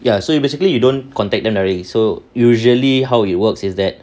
ya so you basically you don't contact them directly so usually how it works is that